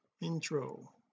intro